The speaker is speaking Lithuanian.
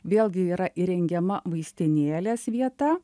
vėlgi yra įrengiama vaistinėlės vieta